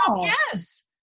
Yes